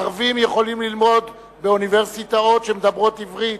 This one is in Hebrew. ערבים יכולים ללמוד באוניברסיטאות שמדברות עברית,